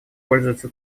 пользуются